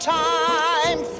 time